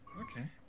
Okay